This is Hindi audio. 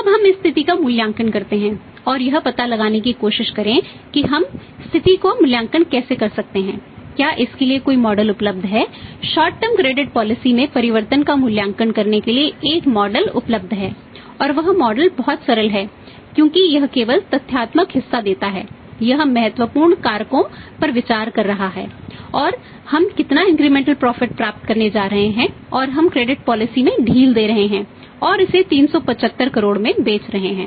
अब हम इस स्थिति का मूल्यांकन करते हैं और यह पता लगाने की कोशिश करें कि हम स्थिति का मूल्यांकन कैसे कर सकते हैं क्या इसके लिए कोई मॉडल में ढील दे रहे हैं और इसे 375 करोड़ में बेच रहे हैं